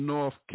North